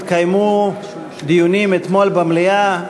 התקיימו דיונים אתמול במליאה,